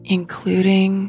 including